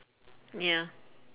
ya